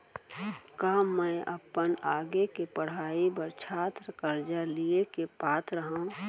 का मै अपन आगे के पढ़ाई बर छात्र कर्जा लिहे के पात्र हव?